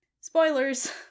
Spoilers